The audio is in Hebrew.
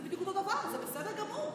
זה בדיוק אותו הדבר, וזה בסדר גמור.